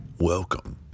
Welcome